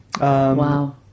Wow